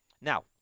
Now